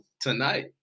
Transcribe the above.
tonight